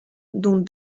dont